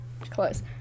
Close